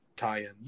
tie-in